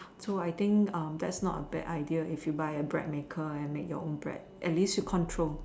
so I think um that's not a bad idea if you buy a bread maker and make your own bread at least you control